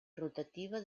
rotativa